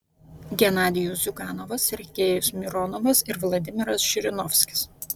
genadijus ziuganovas sergejus mironovas ir vladimiras žirinovskis